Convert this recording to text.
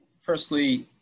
firstly